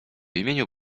imieniu